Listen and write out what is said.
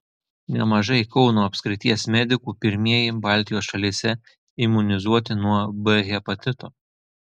nemažai kauno apskrities medikų pirmieji baltijos šalyse imunizuoti nuo b hepatito